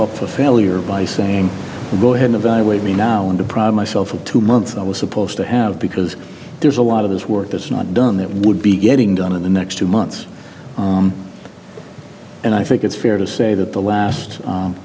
up for failure by saying go ahead evaluate me now and deprive myself of the two months i was supposed to have because there's a lot of this work that's not done that would be getting done in the next two months and i think it's fair to say that the last